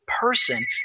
person